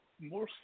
more